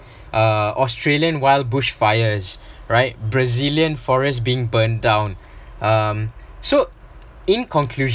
uh australian wild bush fires right brazilian forest being burned down um so in conclusion